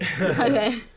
Okay